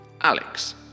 Alex